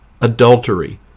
adultery